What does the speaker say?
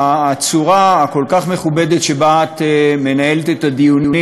הצורה הכל-כך מכובדת שבה את מנהלת את הדיונים,